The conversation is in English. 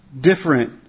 different